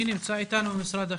מי נמצא איתנו ממשרד החינוך?